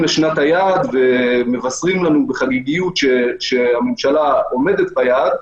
לשנת היעד ומבשרים לנו בחגיגיות שהממשלה עומדת ביעד,